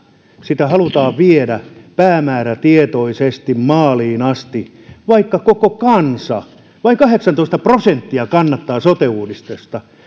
sotea halutaan viedä päämäärätietoisesti maaliin asti vaikka koko kansasta vain kahdeksantoista prosenttia kannattaa sote uudistusta